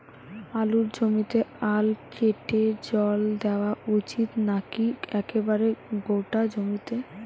আলুর জমিতে আল কেটে জল দেওয়া উচিৎ নাকি একেবারে গোটা জমিতে?